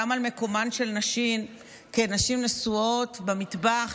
גם על מקומן של נשים כנשים נשואות במטבח,